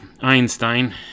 Einstein